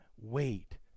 wait